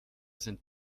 sind